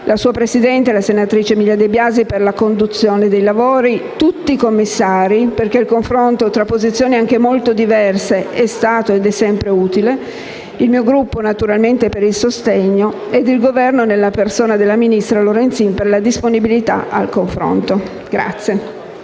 la sua Presidente, senatrice Emilia De Biasi, per la conduzione dei lavori, tutti i commissari, perché il confronto tra posizioni anche molto diverse è stato ed è sempre utile, il mio Gruppo, naturalmente, per il sostegno e il Governo nella persona del ministro Lorenzin per la disponibilità al confronto.